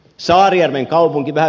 saarijärven kaupunki ja